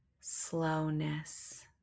slowness